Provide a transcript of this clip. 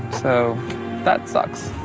so that sucks